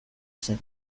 zen